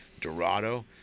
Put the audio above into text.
Dorado